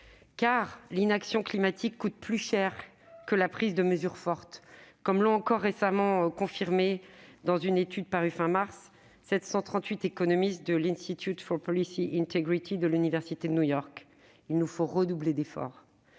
Car l'inaction climatique coûte plus cher que la prise de mesures fortes, comme l'ont encore récemment confirmé, dans une étude parue à la fin du mois de mars, 738 économistes de l'de l'université de New York. Il nous faut redoubler d'efforts.